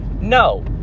No